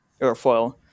airfoil